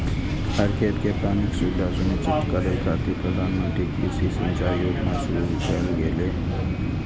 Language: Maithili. हर खेत कें पानिक सुविधा सुनिश्चित करै खातिर प्रधानमंत्री कृषि सिंचाइ योजना शुरू कैल गेलै